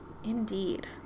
Indeed